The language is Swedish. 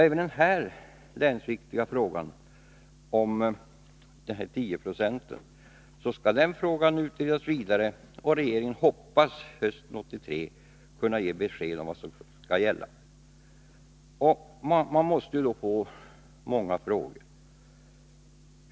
Även denna länsviktiga fråga om de 10 procenten skall utredas vidare, och regeringen hoppas att hösten 1983 kunna ge besked om vad som skall gälla. Många frågor måste då besvaras.